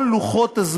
כל לוחות הזמנים,